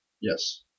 Yes